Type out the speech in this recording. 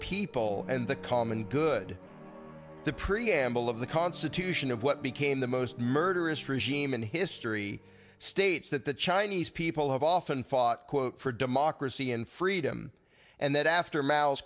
people and the common good the preamble of the constitution of what became the most murderous regime in history states that the chinese people have often fought quote for democracy and freedom and that after mouse